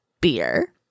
beer